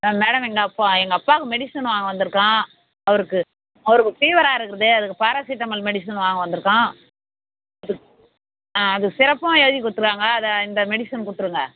madam எங்கள் அப்பா எங்கள் அப்பாவுக்கு மெடிசன் வாங்க வந்துருக்கோம் அவருக்கு அவருக்கு ஃபீவராக இருக்குது அதுக்கு பேராசிட்டமல் மெடிசன் வாங்க வந்துருக்கோம் அது ஆ அது சிரப்பும் எழுதிக் கொடுத்துருவாங்க அதை இந்த மெடிசன் கொடுத்துருங்க